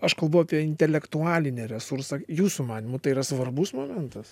aš kalbu apie intelektualinį resursą jūsų manymu tai yra svarbus momentas